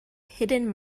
hidden